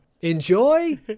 enjoy